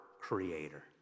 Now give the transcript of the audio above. creator